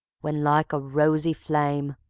when, like a rosy flame,